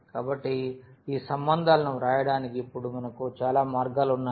కాబట్టి ఈ సంబంధాలను వ్రాయడానికి ఇప్పుడు మనకు చాలా మార్గాలు ఉన్నాయి